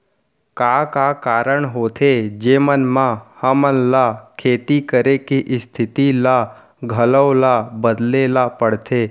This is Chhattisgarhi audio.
का का कारण होथे जेमन मा हमन ला खेती करे के स्तिथि ला घलो ला बदले ला पड़थे?